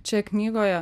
čia knygoje